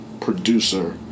producer